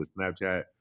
snapchat